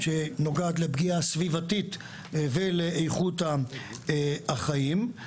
נוגעת לפגיעה סביבתית ולאיכות החיים.